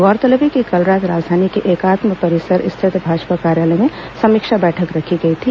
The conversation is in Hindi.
गौरतलब है कि कल रात राजधानी के एकात्म परिसर स्थित भाजपा कार्यालय में समीक्षा बैठक रखी गई थी